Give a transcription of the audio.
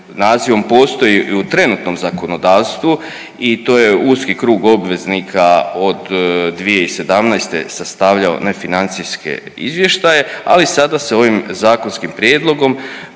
nazivom postoji u trenutnom zakonodavstvu i to je uski krug obveznika od 2017. sastavljao nefinancijske izvještaje ali sada se ovim zakonskim prijedlogom